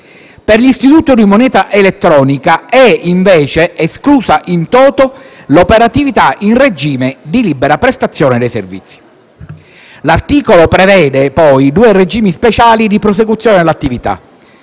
Per l'istituto di moneta elettronica, invece, è esclusa *in toto* l'operatività in regime di libera prestazione dei servizi. L'articolo prevede, poi, due regimi speciali di prosecuzione dell'attività: